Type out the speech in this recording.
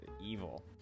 evil